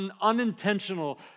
unintentional